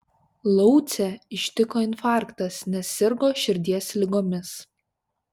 laucę ištiko infarktas nes sirgo širdies ligomis